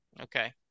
Okay